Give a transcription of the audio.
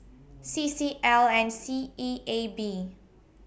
C C L and S E A B